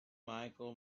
michael